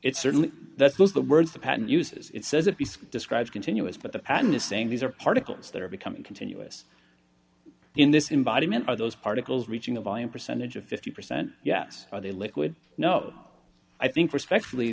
it's certainly that's most the words the patent uses it says a piece describes continuous but the patent is saying these are particles that are becoming continuous in this environment are those particles reaching a volume percentage of fifty percent yes are they liquid no i think respectfully